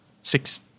six